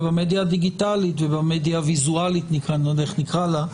ובמדיה הדיגיטלית ובמדיה הוויזואלית, איך נקרא לך,